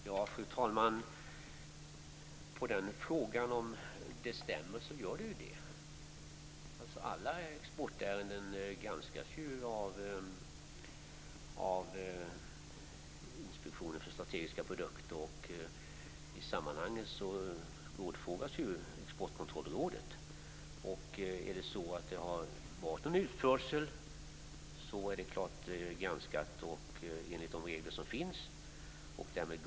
Fru talman! På frågan om ifall det stämmer är svaret att det gör det. Alla exportärenden granskas av inspektionen för strategiska produkter och i sammanhanget rådfrågas Exportkontrollrådet. Har det förekommit utförsel är denna självfallet granskad enligt de regler som finns och därmed godkänd.